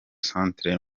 centre